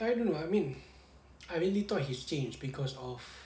I don't know I mean I really thought he's changed cause of